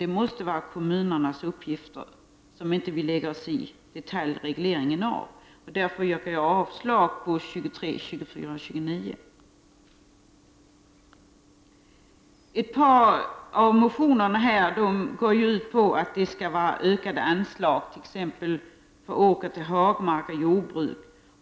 Detta måste vara kommunernas uppgift, som vi inte lägger oss i detaljregleringen av. Därför yrkar jag avslag på reservationerna 23, 24 och 29. Ett par av motionerna går ut på att det skall vara ökade anslag, t.ex. för 31 omvandling av åker till ängar och hagmark.